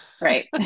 Right